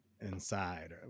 inside